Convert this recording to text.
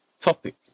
topic